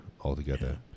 Altogether